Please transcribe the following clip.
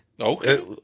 Okay